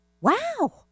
wow